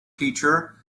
teacher